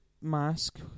mask